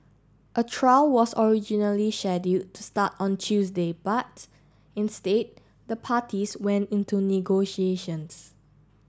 a trial was originally scheduled to start on Tuesday but instead the parties went into negotiations